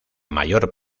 mayor